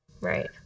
Right